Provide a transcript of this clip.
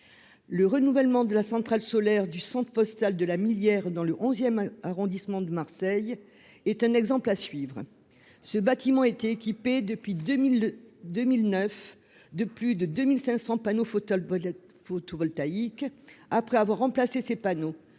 Le renouvellement de la centrale solaire du centre postal de la Millière dans le XI arrondissement de Marseille est un exemple à suivre. Ce bâtiment était équipé, depuis 2009, de plus de 2 500 panneaux photovoltaïques. Après avoir remplacé ces panneaux,